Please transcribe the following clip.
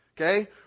Okay